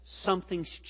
something's